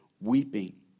weeping